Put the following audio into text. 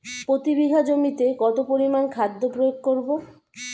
প্রতি বিঘা জমিতে কত পরিমান খাদ্য প্রয়োগ করব?